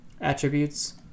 attributes